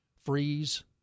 freeze